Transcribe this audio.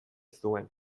zuen